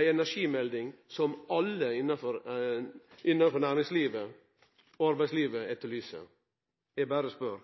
ei energimelding som alle innanfor næringslivet og arbeidslivet etterlyser. Eg berre spør.